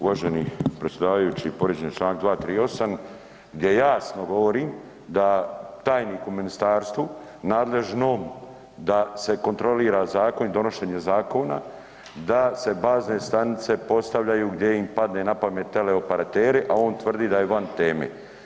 Uvaženi predsjedavajući povrijeđen je čl. 238. gdje jasno govorim da tajnik u ministarstvu nadležnom da se kontrolira zakon i donošenje zakona, da se bazne stanice postavljaju gdje im padne napamet teleoperateri, a on tvrdi da je van teme.